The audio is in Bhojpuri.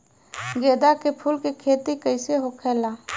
गेंदा के फूल की खेती कैसे होखेला?